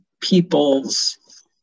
peoples